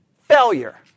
Failure